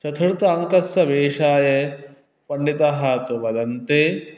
चतुर्थ अङ्कस्य विषये पण्डिताः तु वदन्ति